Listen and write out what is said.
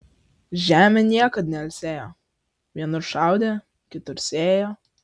žemė niekad neilsėjo vienur šaudė kitur sėjo